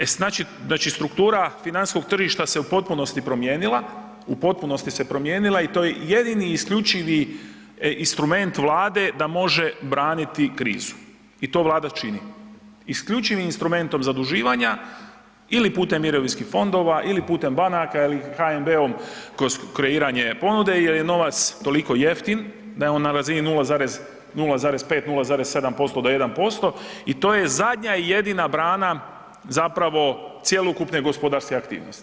E znači struktura financijskog tržišta se u potpunosti promijenila, u potpunosti se promijenila i to je jedini i isključivi instrument Vlade da može braniti krizu i to Vlada čini, isključivim instrumentom zaduživanja ili putem mirovinskih fonda ili putem banaka ili HNB-om kroz kreiranje ponude jer je novac toliko jeftin da je on na razini 0,5, 0,7% do 1% i to je zadnja i jedina brana zapravo cjelokupne gospodarske aktivnosti.